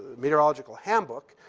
meteorological handbook.